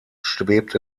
schwebt